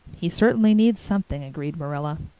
he certainly needs something, agreed marilla.